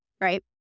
right